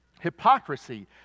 Hypocrisy